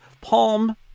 Palm